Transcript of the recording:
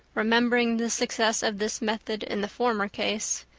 remembering the success of this method in the former case.